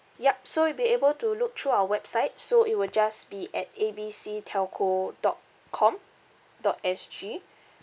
yup so you'll be able to look through our website so it will just be at A B C telco dot com dot S_G